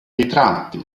ritratti